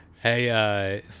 Hey